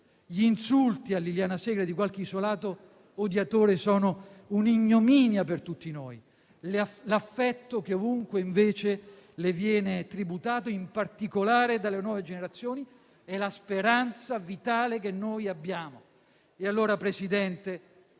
Gli insulti a Liliana Segre di qualche isolato odiatore sono un'ignominia per tutti noi; l'affetto che ovunque invece le viene tributato, in particolare dalle nuove generazioni, è la speranza vitale che abbiamo. Presidente,